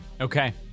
Okay